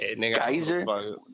geyser